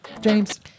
James